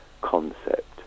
concept